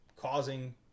causing